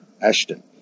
Ashton